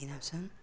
हिँडाउँछन्